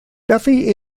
duffy